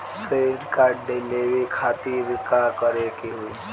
Credit card लेवे खातिर का करे के होई?